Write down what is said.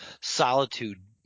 solitude